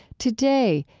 today,